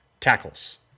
tackles